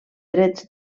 drets